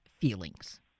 feelings